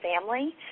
family